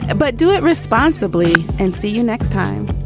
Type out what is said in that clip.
ah but do it responsibly and see you next time